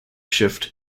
shift